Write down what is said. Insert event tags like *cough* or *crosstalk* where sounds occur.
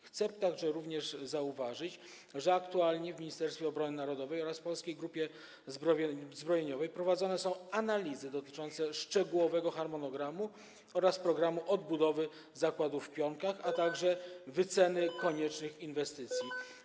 Chcę także zauważyć, że aktualnie w Ministerstwie Obrony Narodowej oraz Polskiej Grupie Zbrojeniowej prowadzone są analizy dotyczące szczegółowego harmonogramu oraz programu odbudowy zakładu w Pionkach, a także *noise* wyceny koniecznych inwestycji.